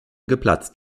geplatzt